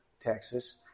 Texas